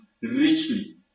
richly